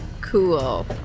Cool